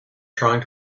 trying